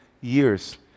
years